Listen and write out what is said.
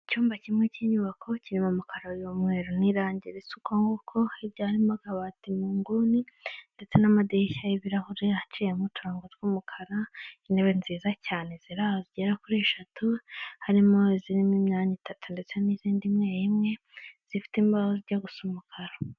Icyumba kimwe cy'inyubako kiririmo amakara y'umweru, n'irangira risa uko nguko, hirya harimo agabati mu nguni ndetse n'amadirishya y'ibirahure, aciyemo uturango tw'umukara intebe nziza cyane zri aho zigera kuri eshatu, harimo izirimo imyanya itatu ndetse n'izindi imwe imwe zifite amabara ajya gusa umukara.